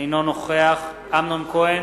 אינו נוכח אמנון כהן,